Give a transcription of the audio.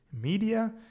media